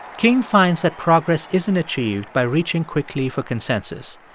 king finds that progress isn't achieved by reaching quickly for consensus.